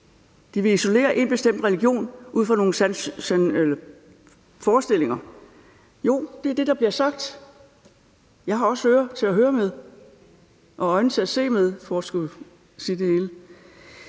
De vil isolere én bestemt religion ud fra nogle forestillinger. Jo, det er det, der bliver sagt. Jeg har også ører til at høre med og øjne til at se med – for at skulle nævne det hele.